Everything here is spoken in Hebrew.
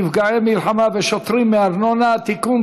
נפגעי מלחמה ושוטרים מארנונה) (תיקון,